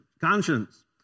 conscience